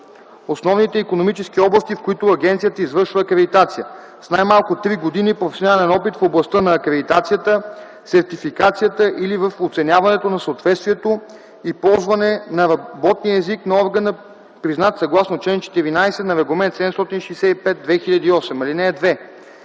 основните икономически области, в които агенцията извършва акредитация, с най-малко три години професионален опит в областта на акредитацията, сертификацията или в оценяването на съответствието и ползване на работния език на органа, признат съгласно чл. 14 на Регламент 765/2008. (2) Не може